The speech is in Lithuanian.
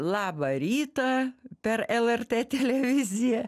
labą rytą per lrt televiziją